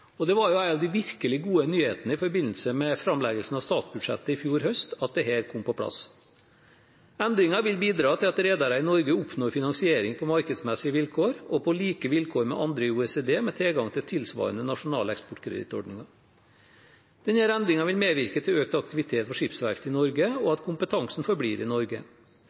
framover. Det var jo en av de virkelig gode nyhetene i forbindelse med framleggelsen av statsbudsjettet i fjor høst at dette kom på plass. Endringen vil bidra til at redere i Norge oppnår finansiering på markedsmessige vilkår og på like vilkår med andre i OECD med tilgang til tilsvarende nasjonale eksportkredittordninger. Denne endringen vil medvirke til økt aktivitet på skipsverft i Norge, og til at kompetansen forblir i Norge.